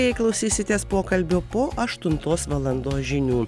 jei klausysitės pokalbio po aštuntos valandos žinių